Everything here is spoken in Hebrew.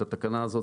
ואת התקנה הזאת,